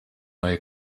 neue